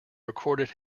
recorded